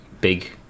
big